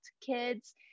kids